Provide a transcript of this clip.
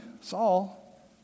Saul